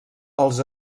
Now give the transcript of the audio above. els